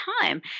time